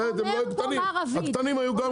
אחרת הם היו ספקים גדולים.